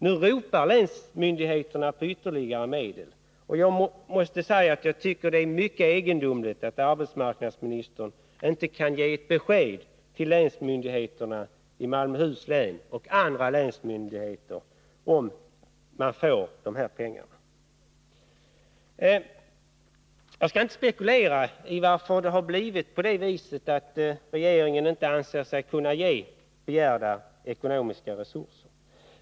Nu ropar länsmyndigheterna på ytterligare medel. Och jag måste säga att jag tycker att det är mycket egendomligt att arbetsmarknadsministern inte kan ge ett besked till länsmyndigheterna i Malmöhus län och till andra länsmyndigheter om de kommer att få dessa pengar. Jag skall inte spekulera i anledningen till att det har blivit så, att regeringen inte anser sig kunna ge begärda ekonomiska resurser.